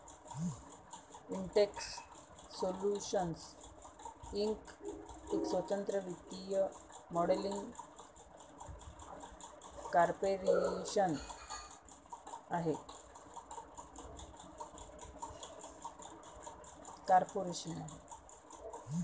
Intex solutions Inc एक स्वतंत्र वित्तीय मॉडेलिंग कॉर्पोरेशन आहे